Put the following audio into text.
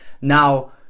now